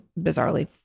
bizarrely